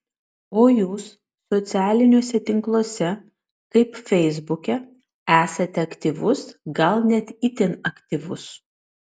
o jūs socialiniuose tinkluose kaip feisbuke esate aktyvus gal net itin aktyvus